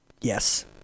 Yes